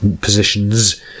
positions